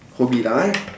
hobby lah eh